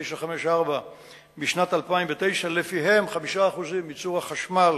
3954 בשנת 2009, שלפיהם 5% מייצור החשמל